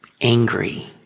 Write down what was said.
angry